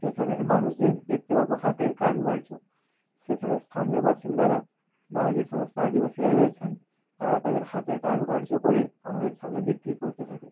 সেখানের মানুষদের দেখতে পাবো হাতের কারুকার্য সেখানে স্থানীয় বাসিন্দারা বা যে সমস্ত আদিবাসীরা রয়েছেন তারা তাদের হাতের কারুকার্য করে আমাদের সামনে বিক্রি করতে থাকে